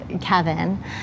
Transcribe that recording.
Kevin